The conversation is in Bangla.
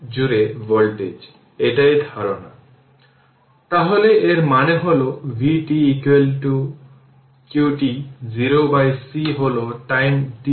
যাই হোক যদি একটি DC ভোল্টেজ একটি ক্যাপাসিটর জুড়ে সংযুক্ত থাকে তাহলে r কে ক্যাপাসিটর চার্জ বলে